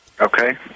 Okay